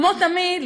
כמו תמיד,